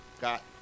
got